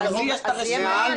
יש לי את הרשימה,